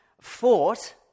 fought